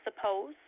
suppose